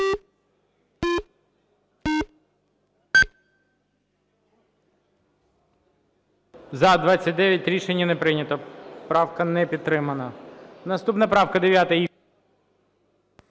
За-29 Рішення не прийнято. Правка не підтримана. Наступна правка